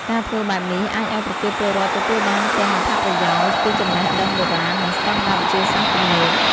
ការធ្វើបែបនេះ អាចឲ្យប្រជាពលរដ្ឋទទួលបានទាំងអត្ថប្រយោជន៍ពីចំណេះដឹងបុរាណ និងស្តង់ដារវិទ្យាសាស្ត្រទំនើប។